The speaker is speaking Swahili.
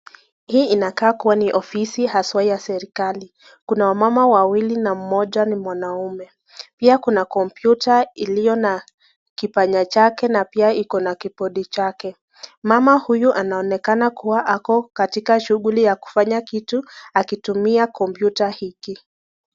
Hii inakaa kuwa ni ofisi haswa ya serikali , Kuna wamama wawili na mmoja ni mwanaume. Pia kuna computer iliyo na kipanya chake na pia Iko na kibodi chake. Mama huyo anaonekana kuwa ako katika shughuli ya kufanya kitu akitumia computer hiki.